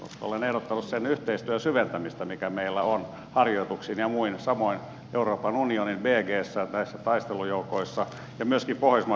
olen ehdottanut sen yhteistyön syventämistä mikä meillä on harjoituksissa ja muissa samoin euroopan unionin bgissä näissä taistelujoukoissa ja myöskin pohjoismaisissa yhteyksissä